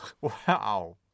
Wow